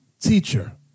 teacher